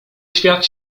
świat